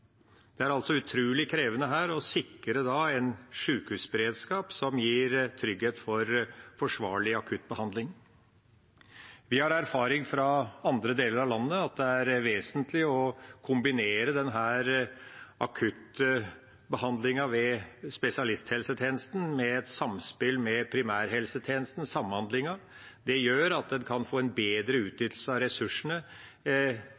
Det er altså utrolig krevende å sikre en sjukehusberedskap her som gir trygghet for forsvarlig akuttbehandling. Vi har erfaring fra andre deler av landet med at det er vesentlig å kombinere akuttbehandlingen ved spesialisthelsetjenesten med et samspill med primærhelsetjenesten, samhandlingen. Det gjør at en kan få bedre utnyttelse av ressursene når en